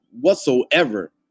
whatsoever